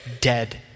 dead